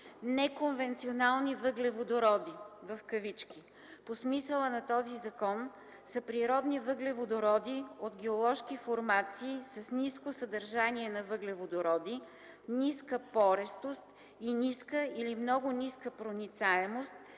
„Неконвенционални въглеводороди” по смисъла на този закон са природни въглеводороди от геоложки формации с ниско съдържание на въглеводороди, ниска порестост и ниска или много ниска проницаемост